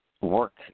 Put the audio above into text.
work